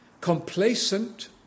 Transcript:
complacent